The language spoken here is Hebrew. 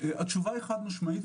התשובה היא חד-משמעית.